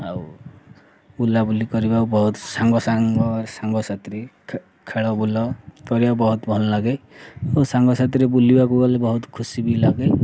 ଆଉ ବୁଲା ବୁଲି କରିବାକୁ ବହୁତ ସାଙ୍ଗ ସାଙ୍ଗ ସାଙ୍ଗସାଥିରେ ଖେଳ ବୁଲା କରିବାକୁ ବହୁତ ଭଲ ଲାଗେ ଆଉ ସାଙ୍ଗସାଥିରେ ବୁଲିବାକୁ ଗଲେ ବହୁତ ଖୁସି ବି ଲାଗେ